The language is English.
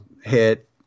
hit